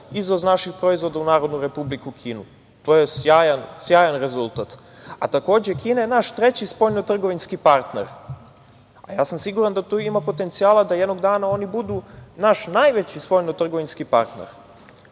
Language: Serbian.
izvoz naših proizvoda u Narodnu Republiku Kinu i to je sjajan rezultat. Takođe, Kina je naš treći spoljnotrgovinski partner, a ja sam siguran da tu ima potencijala da jednog dana oni budu naš najveći spoljnotrgovinski partner. Što